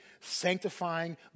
sanctifying